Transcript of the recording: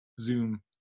zoom